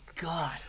god